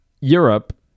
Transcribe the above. Europe